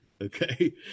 Okay